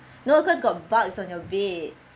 no cause got bugs on your bed